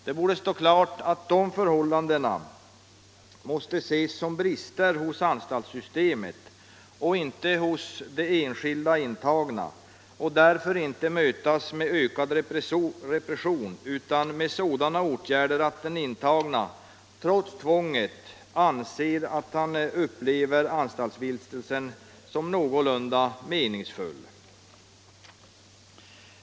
Det borde stå klart att dessa förhållanden måste ses som brister hos anstaltssystemet och inte hos de enskilda intagna och därför inte skall mötas med ökad repression utan med sådana åtgärder att den intagne trots tvånget upplever anstaltsvistelsen som någorlunda meningsfull.